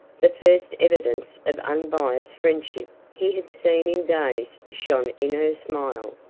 the first evidence of unbiased friendship he had seen in days shone in her smile.